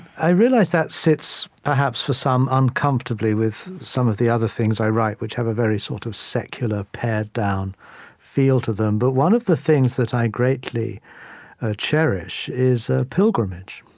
i realize that sits, perhaps, for some, uncomfortably with some of the other things i write, which have a sort of secular, pared-down feel to them. but one of the things that i greatly cherish is ah pilgrimage.